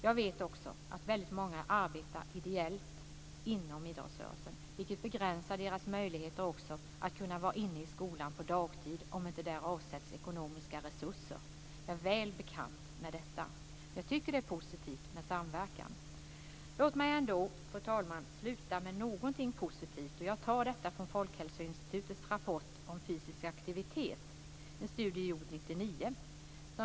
Jag vet också att väldigt många arbetar ideellt inom idrottsrörelsen, vilket begränsar deras möjligheter att vara inne i skolan på dagtid om det inte avsätts ekonomiska resurser. Jag är väl bekant med detta. Men jag tycker att det är positivt med samverkan. Låt mig ändå, fru talman, sluta med någonting positivt, som jag tar från Folkhälsoinstitutets rapport om fysisk aktivitet i en studie gjord 1999.